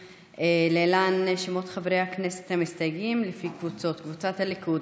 להלן שמות חברי הכנסת המסתייגים לפי קבוצות: קבוצת סיעת הליכוד,